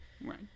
Right